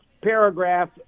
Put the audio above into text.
paragraph